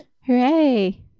Hooray